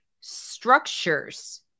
structures